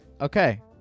Okay